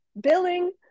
Billing